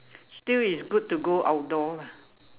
still is good to go outdoor lah